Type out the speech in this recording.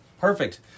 perfect